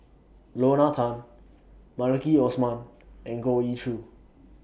Lorna Tan Maliki Osman and Goh Ee Choo